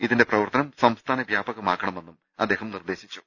ഇതിന്റെ പ്രവർത്തനം സംസ്ഥാനവ്യാപകമാക്കണമെന്നും അദ്ദേഹം നിർദ്ദേശിച്ചു